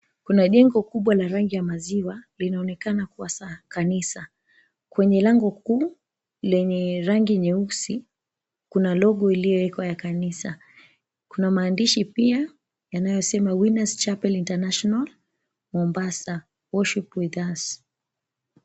Kuna jengo kubwa la rangi ya maziwa, linaonekana kuwa kanisa. Kwenye lango kuu lenye rangi nyeusi, kuna logo iliyowekwa ya kanisa, kuna maandishi pia yanayosema, Winners Chapel International, Worship With Us.